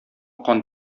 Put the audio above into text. кан